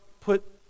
put